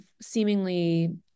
seemingly